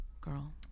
Girl